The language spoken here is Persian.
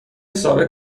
ثابت